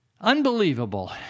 Unbelievable